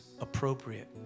appropriate